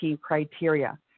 criteria